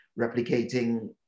replicating